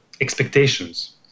expectations